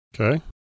Okay